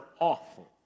awful